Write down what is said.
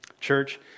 Church